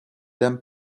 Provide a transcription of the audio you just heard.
dames